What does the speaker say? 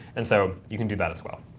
and so you can do that as well.